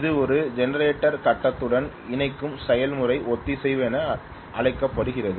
இது ஒரு ஜெனரேட்டரை கட்டத்துடன் இணைக்கும் செயல்முறை ஒத்திசைவு என அழைக்கப்படுகிறது